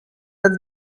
that